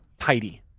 tidy